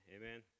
Amen